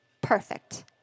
Perfect